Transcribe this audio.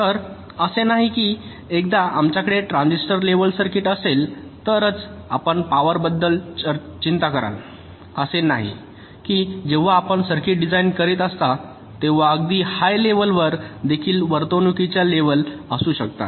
तर असे नाही की एकदा आमच्याकडे ट्रान्झिस्टर लेव्हल सर्किट असेल तरच आपण पॉवरबद्दल चिंता कराल असे नाही की जेव्हा आपण सर्किट डिझाइन करीत असता तेव्हा अगदी हाय लेव्हल वर देखील वर्तणुकीच्या लेव्हल असू शकतात